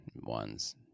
ones